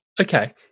Okay